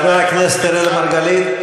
חבר הכנסת אראל מרגלית,